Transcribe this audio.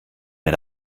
mir